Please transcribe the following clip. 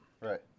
right